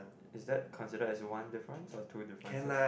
is that consider as one difference or two differences